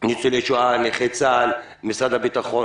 ניצולי שואה, נכי צה"ל, משרד הביטחון